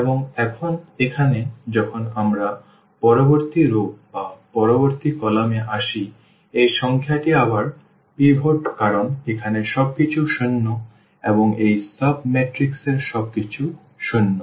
এবং এখন এখানে যখন আমরা পরবর্তী রও বা পরবর্তী কলাম এ আসি এই সংখ্যাটি আবার পিভট কারণ এখানে সবকিছু শূন্য এবং এই সাব ম্যাট্রিক্স এও সবকিছু শূন্য